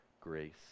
grace